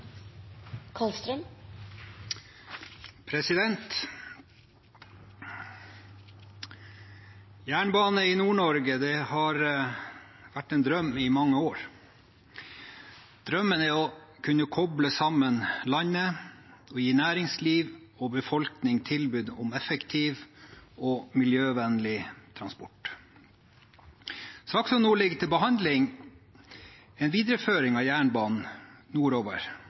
Jernbane i Nord-Norge har vært en drøm i mange år. Drømmen er å kunne koble sammen landet og gi næringsliv og befolkning tilbud om effektiv og miljøvennlig transport. Saken som nå ligger til behandling, er en videreføring av jernbanen nordover